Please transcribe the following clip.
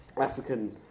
African